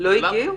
לא הגיעו?